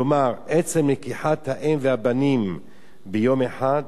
כלומר, עצם לקיחת האם והבנים ביום אחד,